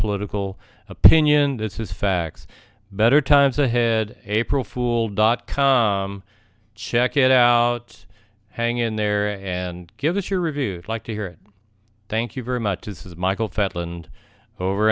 political opinion this is facts better times ahead april fool dot com check it out hang in there and give us your review like to hear it thank you very much is that michael fattal and over